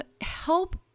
help